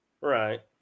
Right